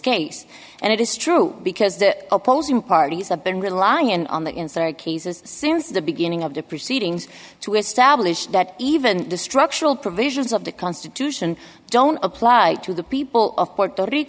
case and it is true because the opposing parties have been relying on the inserted cases since the beginning of the proceedings to establish that even the structural provisions of the constitution don't apply to the people of